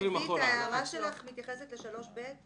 אביבית, ההערה שלך מתייחסת ל-3(ב)?